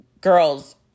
girls